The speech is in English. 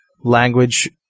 language